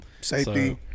safety